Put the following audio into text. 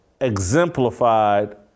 exemplified